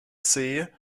see